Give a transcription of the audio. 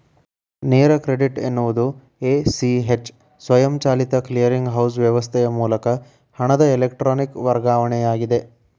ನೇರ ಕ್ರೆಡಿಟ್ ಎನ್ನುವುದು A, C, H ಸ್ವಯಂಚಾಲಿತ ಕ್ಲಿಯರಿಂಗ್ ಹೌಸ್ ವ್ಯವಸ್ಥೆಯ ಮೂಲಕ ಹಣದ ಎಲೆಕ್ಟ್ರಾನಿಕ್ ವರ್ಗಾವಣೆಯಾಗಿದೆ